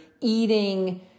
eating